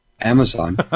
Amazon